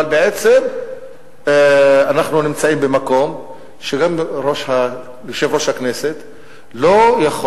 אבל בעצם אנחנו נמצאים במקום שגם יושב-ראש הכנסת לא יכול